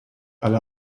alle